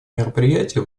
мероприятие